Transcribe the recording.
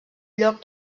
lloc